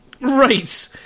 Right